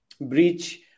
breach